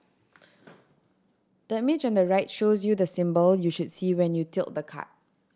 the mage on the right shows you the symbol you should see when you tilt the card